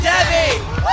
Debbie